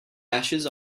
ashes